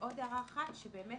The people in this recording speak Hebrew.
אם הם